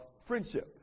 friendship